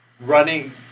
running